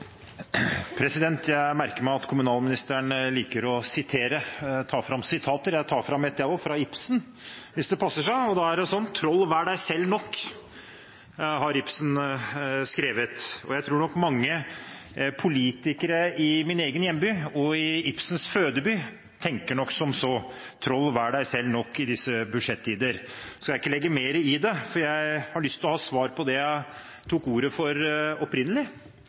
Jeg merker meg at kommunalministeren liker å sitere. Jeg tar fram et sitat jeg også, fra Ibsen: «Troll, vær deg selv – nok!». Jeg tror nok mange politikere i min egen hjemby og i Ibsens fødeby tenker som så – «Troll, vær deg selv – nok!» – i disse budsjettider. Jeg skal ikke legge mer i det, for jeg har lyst til å ha svar på det jeg tok ordet for opprinnelig.